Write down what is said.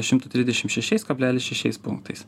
šimtu trisdešim šešiais kablelis šešiais punktais